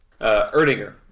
Erdinger